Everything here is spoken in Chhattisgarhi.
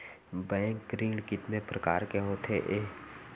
बैंक ऋण कितने परकार के होथे ए?